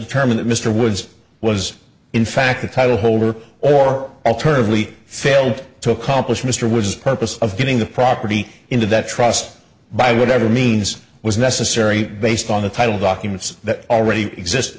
determine that mr woods was in fact the title holder or alternatively failed to accomplish mr was purpose of getting the property into that trust by whatever means was necessary based on the title documents that already exist